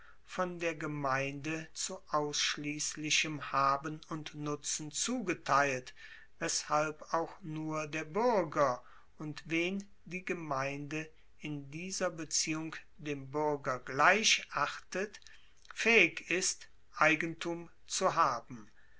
von der gemeinde zu ausschliesslichem haben und nutzen zugeteilt weshalb auch nur der buerger und wen die gemeinde in dieser beziehung dem buerger gleich achtet faehig ist eigentum zu haben